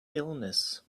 illness